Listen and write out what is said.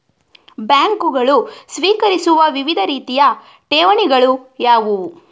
ಬ್ಯಾಂಕುಗಳು ಸ್ವೀಕರಿಸುವ ವಿವಿಧ ರೀತಿಯ ಠೇವಣಿಗಳು ಯಾವುವು?